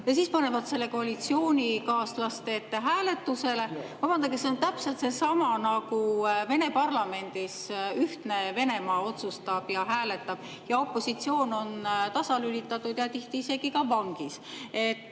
ja siis panevad selle koalitsioonikaaslaste ette hääletusele. Vabandage, see on täpselt seesama nagu Vene parlamendis: Ühtne Venemaa otsustab ja hääletab ja opositsioon on tasalülitatud ja tihti isegi vangis.